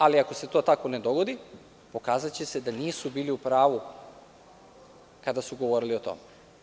Ali, ako se to tako ne dogodi, pokazaće se da nisu bili u pravu kada su govorili o tome.